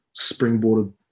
springboarded